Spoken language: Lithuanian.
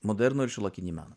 modernų ir šiuolaikinį meną